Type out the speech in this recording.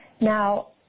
Now